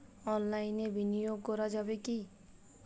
অনলাইনে বিনিয়োগ করা যাবে কি?